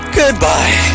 goodbye